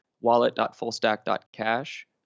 wallet.fullstack.cash